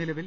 നിലവിൽ